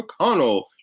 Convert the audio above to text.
McConnell